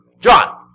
John